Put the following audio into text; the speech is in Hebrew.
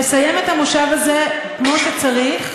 לסיים את המושב הזה כמו שצריך,